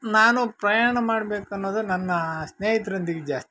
ನಾನು ಪ್ರಯಾಣ ಮಾಡಬೇಕನ್ನೋದೆ ನನ್ನ ಸ್ನೇಹಿತರೊಂದಿಗೆ ಜಾಸ್ತಿ